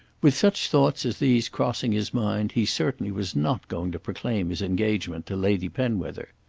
with such thoughts as these crossing his mind he certainly was not going to proclaim his engagement to lady penwether.